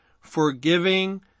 forgiving